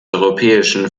europäischen